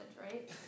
right